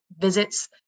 visits